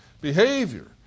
behavior